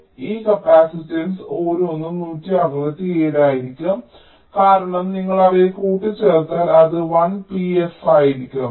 അതിനാൽ ഈ കപ്പാസിറ്റൻസ് ഓരോന്നും 167 ആയിരിക്കും കാരണം നിങ്ങൾ അവയെ കൂട്ടിച്ചേർത്താൽ അത് 1 p F ആയിരിക്കും